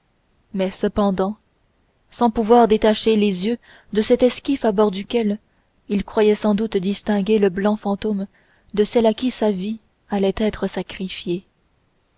mais cependant sans pouvoir détacher les yeux de cet esquif à bord duquel il croyait sans doute distinguer le blanc fantôme de celle à qui sa vie allait être sacrifiée